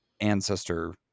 ancestor